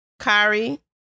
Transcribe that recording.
Kari